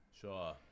Sure